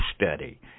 study